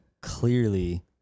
clearly